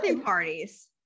parties